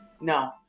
no